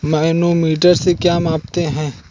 Manometer से क्या नापते हैं?